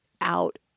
out